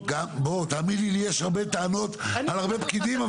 תאמין, יש לי הרבה טענות על הרבה פקידים.